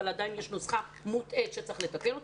עדיין יש נוסחה מוטעית שצריך לתקן אתה.